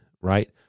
right